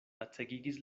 lacegigis